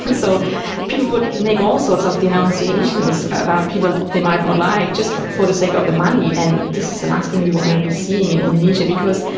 so people would make all sorts of denunciations about people they might not like just for the sake of the money, and this is the last thing we want to be seeing in indonesia, because